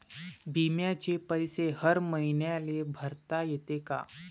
बिम्याचे पैसे हर मईन्याले भरता येते का?